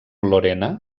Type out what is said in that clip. lorena